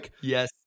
Yes